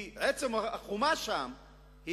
כי עצם החומה שם,